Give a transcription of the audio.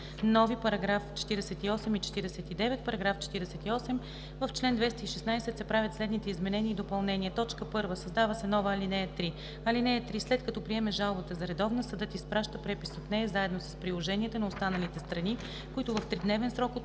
нови параграфи 48 и 49: „§ 48. В чл. 216 се правят следните изменения и допълнения: 1. Създава се нова ал. 3: „(3) След като приеме жалбата за редовна, съдът изпраща препис от нея заедно с приложенията на останалите страни, които в тридневен срок от